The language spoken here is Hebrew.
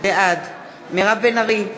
בעד מירב בן ארי,